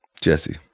Jesse